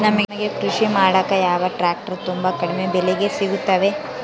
ನಮಗೆ ಕೃಷಿ ಮಾಡಾಕ ಯಾವ ಟ್ರ್ಯಾಕ್ಟರ್ ತುಂಬಾ ಕಡಿಮೆ ಬೆಲೆಗೆ ಸಿಗುತ್ತವೆ?